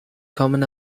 common